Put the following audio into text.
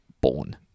born